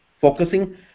focusing